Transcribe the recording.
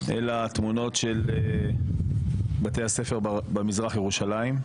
אלא התמונות של בתי הספר במזרח ירושלים,